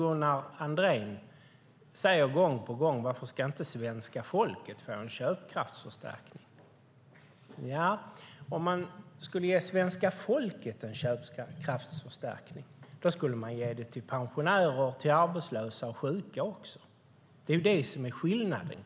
Gunnar Andrén säger gång på gång: Varför ska inte svenska folket få en köpkraftsförstärkning? Nja, om man skulle ge svenska folket en köpkraftsförstärkning skulle man ge det också till pensionärer, sjuka och arbetslösa. Det är det som är skillnaden.